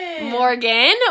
Morgan